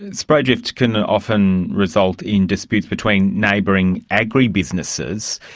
and spray drift can often result in disputes between neighbouring agribusinesses.